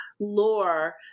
lore